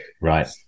Right